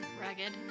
Ragged